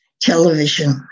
television